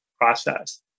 process